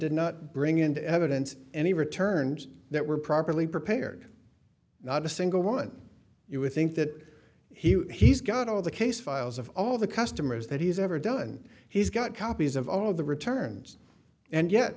did not bring into evidence any returns that were properly prepared not a single one you would think that he's got all the case files of all the customers that he's ever done he's got copies of all of the returns and yet